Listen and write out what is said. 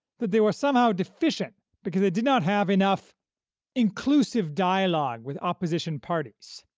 that they were somehow deficient because they did not have enough inclusive dialogue with opposition parties.